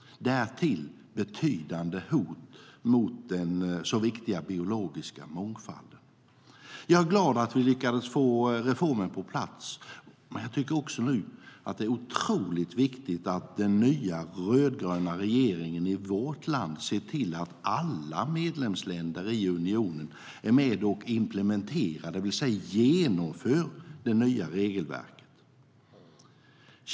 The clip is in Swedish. Därtill är överfisket ett betydande hot mot den så viktiga biologiska mångfalden. Jag är glad att vi lyckades få reformen på plats, men jag tycker också att det är otroligt viktigt att den nya, rödgröna regeringen i vårt land ser till att alla medlemsländer i unionen är med och implementerar - det vill säga genomför - det nya regelverket.